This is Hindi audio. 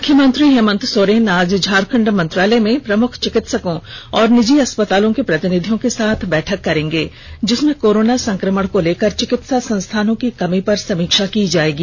मुख्यमंत्री हेमन्त सोरेन आज झारखण्ड मंत्रालय में प्रमुख चिकित्सकों और निजी अस्पतालों के प्रतिनिधियों के साथ बैठक करेंगे जिसमें कोरोना संक्रमण को लेकर चिकित्सा संसाधनों की कमी पर समीक्षा की जाएगी